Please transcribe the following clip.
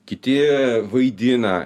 kiti vaidina